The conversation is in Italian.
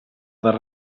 dal